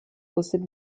listed